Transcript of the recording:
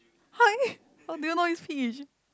how do you know is peach